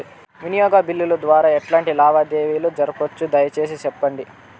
వినియోగ బిల్లుల ద్వారా ఎట్లాంటి లావాదేవీలు జరపొచ్చు, దయసేసి సెప్పండి?